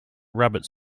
rabbit